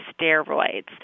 steroids